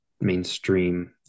mainstream